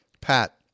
Pat